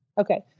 Okay